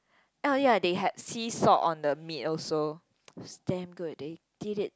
oh ya they had sea salt on the meat also it was damn good they did it